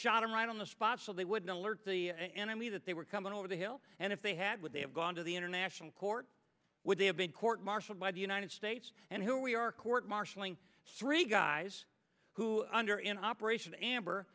shot him right spots so they wouldn't alert the enemy that they were coming over the hill and if they had would they have gone to the international court would they have been court martialed by the united states and here we are court martialing three guys who under in operation amber